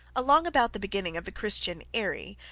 along about the beginning of the christian erie,